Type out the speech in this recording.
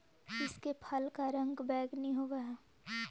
इसके फल का रंग बैंगनी होवअ हई